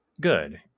Good